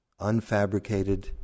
unfabricated